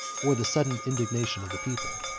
or the sudden indignation of the people.